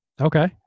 Okay